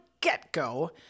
get-go